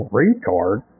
retard